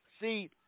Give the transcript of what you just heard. See